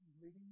leading